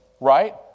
Right